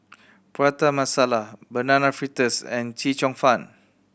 Prata Masala Banana Fritters and Chee Cheong Fun